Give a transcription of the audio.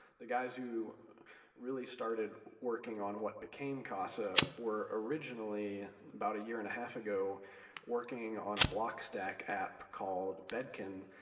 the guys who really started working on what became casa were originally about a year and a half ago working on a block stack app called bedkin,